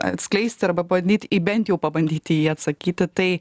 atskleisti arba bandyti į bent jau pabandyt į jį atsakyti tai